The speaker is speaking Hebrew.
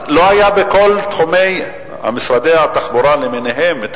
התקציב הזה לא היה בכל תחומי משרד התחבורה למיניהם.